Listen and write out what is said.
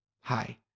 Hi